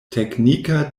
teknika